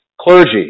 clergy